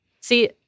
See